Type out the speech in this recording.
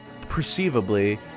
perceivably